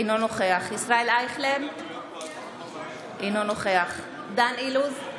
אינו נוכח ישראל אייכלר, אינו נוכח דן אילוז,